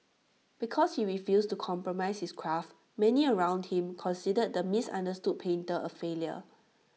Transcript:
because he refused to compromise his craft many around him considered the misunderstood painter A failure